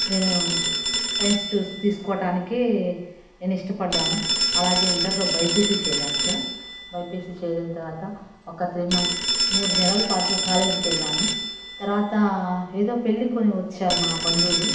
నేను science choose తీసుకోవటానికి నేను ఇష్టపడ్డాను అలాగే ఇంటర్లో బైపీసీ చేరాను సార్ బైపీసీ చేరిన తర్వాత ఒక త్రీ మంత్స్ మూడు నెలలు పాటు కాలేజీకి వెళ్ళాను తర్వాత ఏదో పెళ్ళికని వచ్చారు మా బంధువులు